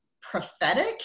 prophetic